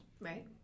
Right